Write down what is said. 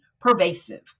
pervasive